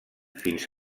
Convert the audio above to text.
fins